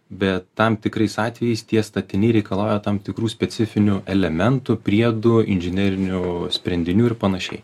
bet tam tikrais atvejais tie statiniai reikalauja tam tikrų specifinių elementų priedų inžinerinių sprendinių ir panašiai